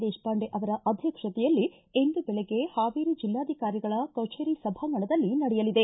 ದೇಶಪಾಂಡೆ ಅವರ ಅಧ್ಯಕ್ಷತೆಯಲ್ಲಿ ಇಂದು ಬೆಳಿಗ್ಗೆ ಹಾವೇರಿ ಜಿಲ್ಲಾಧಿಕಾರಿಗಳ ಕಚೇರಿ ಸಭಾಂಗಣದಲ್ಲಿ ನಡೆಯಲಿದೆ